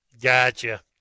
Gotcha